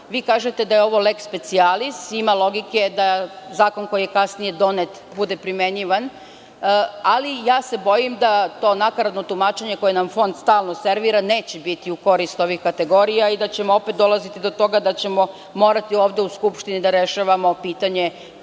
Vi kažete da je ovo leks specijalis. Ima logike da zakon koji je kasnije donet bude primenjivan, ali ja se bojim da to nakaradno tumačenje koje nam Fonda stalno servira neće biti u korist ovih kategorija i da ćemo opet dolaziti do toga da ćemo morati ovde u Skupštini da rešavamo pitanje,